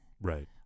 Right